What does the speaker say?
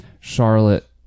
Charlotte